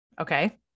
Okay